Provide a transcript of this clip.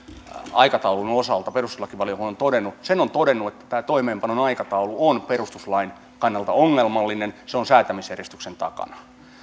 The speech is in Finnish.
aikataulun osalta perustuslakivaliokunta on todennut sen se on todennut että tämä toimeenpanon aikataulu on perustuslain kannalta ongelmallinen se on säätämisjärjestyksen takana